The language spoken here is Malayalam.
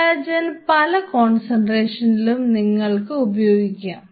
കോളേജൻ പല കോൺസെൻട്രേഷനിലും നിങ്ങൾക്ക് ഉപയോഗിക്കാം